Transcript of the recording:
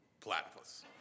platypus